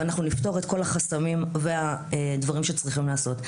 ואנחנו נפתור את כל החסמים והדברים שצריך לעשות.